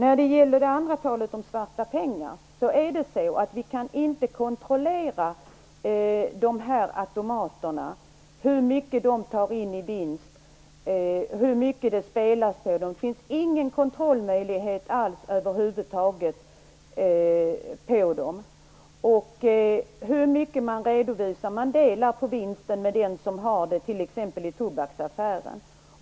Vad gäller talet om svarta pengar är det så att vi inte kan kontrollera de här automaterna, hur mycket de tar in i vinst och hur mycket det spelas på dem. Det finns ingen möjlighet över huvud taget att kontrollera dem. Vinsten delas mellan de ansvariga för spelautomaterna och dem som har automaterna i sina lokaler.